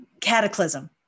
Cataclysm